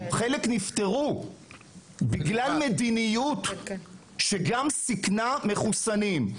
כשחלק גם נפטרו בגלל מדיניות שסיכנה מחוסנים.